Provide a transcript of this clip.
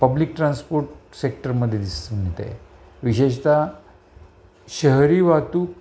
public transport sector मध्ये दिसून येते विशेषता शहरी वाहतूक